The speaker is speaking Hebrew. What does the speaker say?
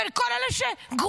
בין כל אלה שגרועים.